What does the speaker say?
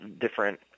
different